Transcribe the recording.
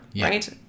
Right